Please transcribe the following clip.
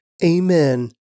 Amen